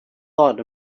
thought